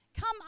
Come